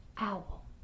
owl